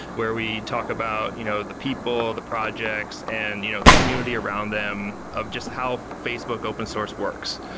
where we talk about you know the people, the projects and you know the community around them of just how facebook open source works.